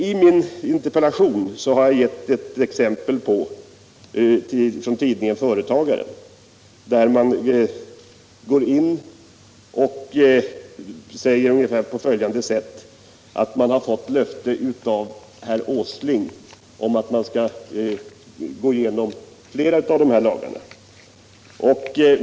I min interpellation har jag gett ett exempel från tidningen Företagaren, där man säger sig ha fått löfte av herr Åsling om att flera av de här Nr 25 lagarna skall ses över.